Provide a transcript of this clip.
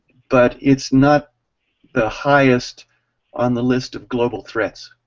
but its not the highest on the list of global threats.